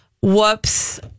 whoops